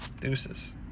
Deuces